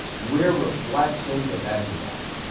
we're reflections of everybody.